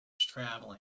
traveling